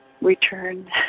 return